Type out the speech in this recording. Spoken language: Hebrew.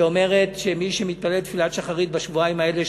שאומרת שמי שמתפלל תפילת שחרית בשבועיים האלה,